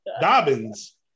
Dobbins